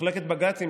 מחלקת בג"צים,